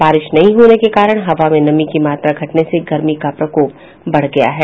बारिश नहीं होने के कारण हवा में नमी की मात्रा घटने से गर्मी का प्रकोप बढ़ गया है